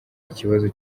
ikibazo